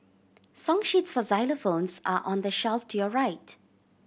song sheets for xylophones are on the shelf to your right